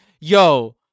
yo